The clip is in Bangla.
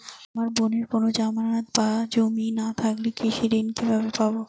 আমার বোনের কোন জামানত বা জমি না থাকলে কৃষি ঋণ কিভাবে পাবে?